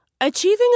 Achieving